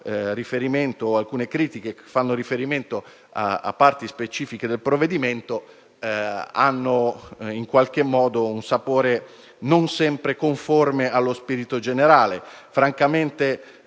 alcune critiche che fanno riferimento a parti specifiche del provvedimento hanno un sapore non sempre conforme allo spirito generale.